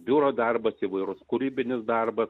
biuro darbas įvairūs kūrybinis darbas